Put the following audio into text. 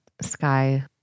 sky